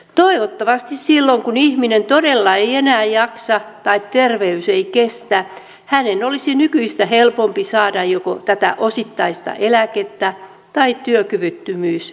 toivottavasti silloin kun ihminen todella ei enää jaksa tai terveys ei kestä hänen olisi nykyistä helpompi saada joko tätä osittaista eläkettä tai työkyvyttömyyseläkettä